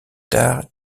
tard